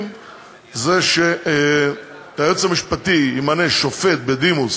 זה שהיועץ המשפטי ימנה שופט בדימוס